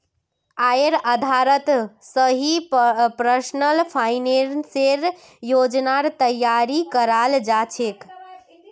आयेर आधारत स ही पर्सनल फाइनेंसेर योजनार तैयारी कराल जा छेक